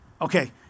Okay